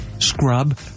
Scrub